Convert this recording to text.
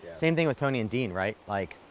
same thing with tony and dean, right? like